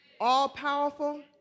all-powerful